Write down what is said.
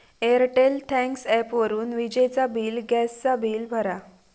Airtel thanks ॲपवरून विजेचा bill, gas चा बिल भरा